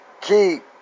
keep